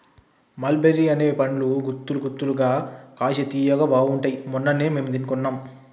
మల్ బెర్రీ అనే పండ్లు గుత్తులు గుత్తులుగా కాశి తియ్యగా బాగుంటాయ్ మొన్ననే మేము కొన్నాం